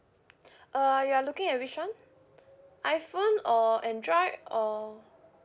uh you are looking at which [one] iphone or android or